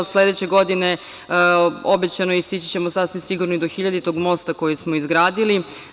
Sledeće godine obećano je i stići ćemo sasvim sigurno i do hiljaditog mosta koji smo izgradili.